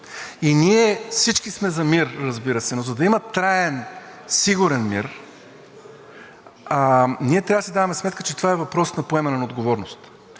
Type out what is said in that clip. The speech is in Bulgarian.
и всички ние, разбира се, сме за мир, но за да има траен сигурен мир, ние трябва да си даваме сметка, че това е въпрос на поемане на отговорност.